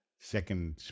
second